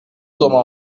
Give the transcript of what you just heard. sommes